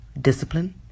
discipline